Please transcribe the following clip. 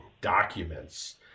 documents